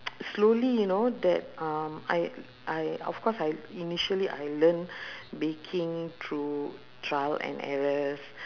slowly you know that um I I of course I initially I learn baking through trial and errors